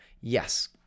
yes